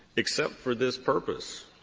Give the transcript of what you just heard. except for this purpose,